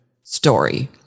story